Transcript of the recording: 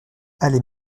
allée